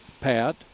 Pat